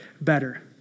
better